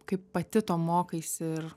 kaip pati to mokaisi ir